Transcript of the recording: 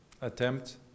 attempt